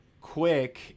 quick